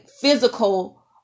physical